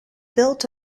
built